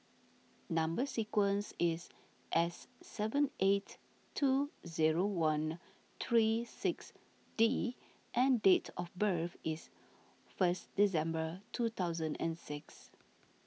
Number Sequence is S seven eight two zero one three six D and date of birth is first December two thousand and six